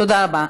תודה רבה.